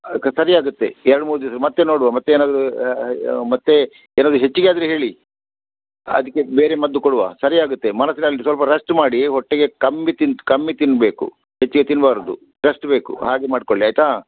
ಸರಿ ಆಗುತ್ತೆ ಎರಡು ಮೂರು ದಿವಸ ಮತ್ತೆ ನೋಡುವ ಮತ್ತೆ ಏನಾದ್ರು ಮತ್ತೆ ಏನಾದ್ರು ಹೆಚ್ಚಿಗೆ ಆದರೆ ಹೇಳಿ ಅದಕ್ಕೆ ಬೇರೆ ಮದ್ದು ಕೊಡುವ ಸರಿ ಆಗುತ್ತೆ ಮನಸ್ಸಿನಲ್ಲಿ ಸ್ವಲ್ಪ ರೆಸ್ಟ್ ಮಾಡಿ ಹೊಟ್ಟೆಗೆ ಕಮ್ಮಿ ತಿನ್ನಿ ಕಮ್ಮಿ ತಿನ್ನಬೇಕು ಹೆಚ್ಚಿಗೆ ತಿನ್ನಬಾರ್ದು ರೆಸ್ಟ್ ಬೇಕು ಹಾಗೆ ಮಾಡಿಕೊಳ್ಳಿ ಆಯಿತಾ